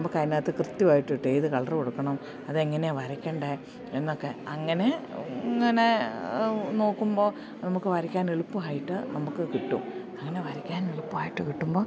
നമുക്ക് അതിനകത്ത് കൃത്യമായിട്ട് കിട്ടും ഏത് കളറ് കൊടുക്കണം അത് എങ്ങനയാണ് വരയ്ക്കണ്ടേ എന്നൊക്കെ അങ്ങനെ ഇങ്ങനെ നോക്കുമ്പോൾ നമുക്ക് വരയ്ക്കാൻ എളുപ്പമായിട്ട് നമുക്ക് കിട്ടും അങ്ങനെ വരയ്ക്കാൻ എളുപ്പമായിട്ട് കിട്ടുമ്പോൾ